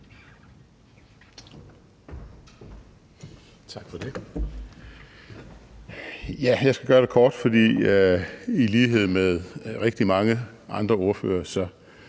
Tak for det.